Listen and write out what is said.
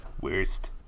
worst